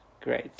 Great